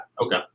okay